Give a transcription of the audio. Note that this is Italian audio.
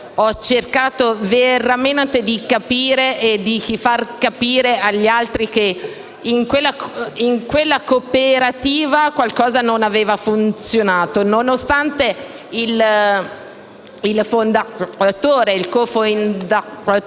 ho cercato veramente di capire e di far capire agli altri che in quella cooperativa qualcosa non aveva funzionato e che, nonostante il fondatore